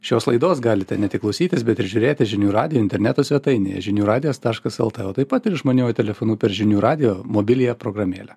šios laidos galite ne tik klausytis bet ir žiūrėti žinių radijo interneto svetainėje žinių radijas taškas lt o taip pat ir išmaniuoju telefonu per žinių radijo mobiliąją programėlę